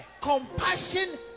compassion